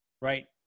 right